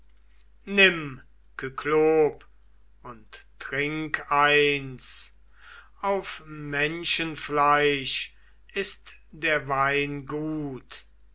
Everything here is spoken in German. nimm kyklop und trink eins auf menschenfleisch ist der wein gut